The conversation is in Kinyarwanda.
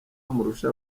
amurusha